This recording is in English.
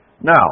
Now